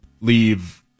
leave